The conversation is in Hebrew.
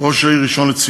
ראש העיר ראשון-לציון.